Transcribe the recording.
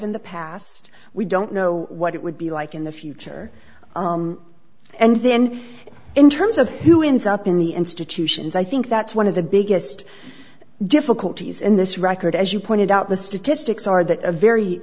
in the past we don't know what it would be like in the future and then in terms of who in south in the institutions i think that's one of the biggest difficulties in this record as you pointed out the statistics are that a very